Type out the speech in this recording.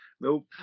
Nope